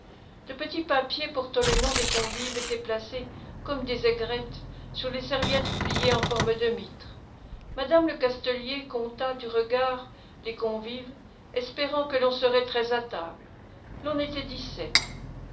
de petits papiers portant le nom des convives étaient placés comme des aigrettes sur les serviettes pliées en forme de mitre madame lecastelier compta du regard les convives espérant que l'on serait treize à table l'on était dix-sept